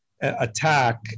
attack